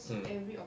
mm